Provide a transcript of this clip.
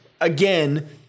again